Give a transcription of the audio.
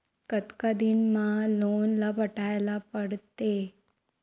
कतका दिन मा लोन ला पटाय ला पढ़ते?